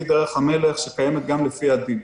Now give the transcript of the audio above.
היא דרך המלך שקיימת גם לפי הדין.